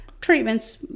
Treatments